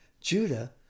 Judah